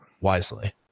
wisely